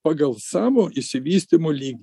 pagal savo išsivystymo lygį